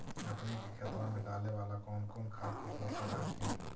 अपने के खेतबा मे डाले बाला कौन कौन खाद के उपयोग कर हखिन?